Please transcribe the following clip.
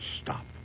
Stop